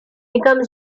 became